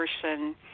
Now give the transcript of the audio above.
person